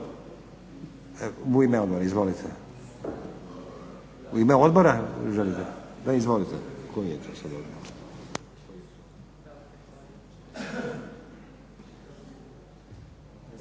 U ime odbora izvolite. U ime odbora želite? Izvolite.